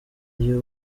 y’u